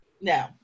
no